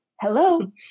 Hello